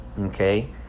okay